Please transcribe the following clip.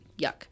Yuck